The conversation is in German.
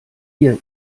wir